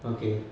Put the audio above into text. okay